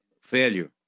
failure